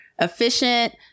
efficient